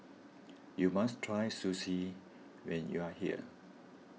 you must try Sushi when you are here